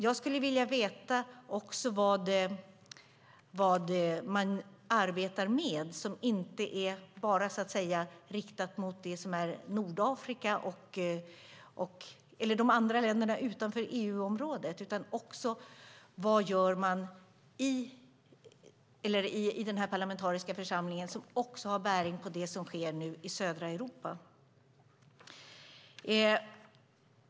Jag skulle vilja veta vad man arbetar med som inte bara är riktat mot Nordafrika eller de andra länderna utanför EU-området. Vad gör man i den parlamentariska församlingen som också har bäring på det som nu sker i södra Europa?